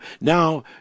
now